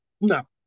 No